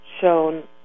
shown